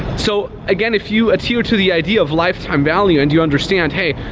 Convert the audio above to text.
so again, if you adhere to the idea of lifetime value and you understand, hey,